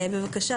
בבקשה,